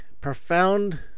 profound